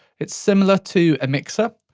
it's similar to a mixer,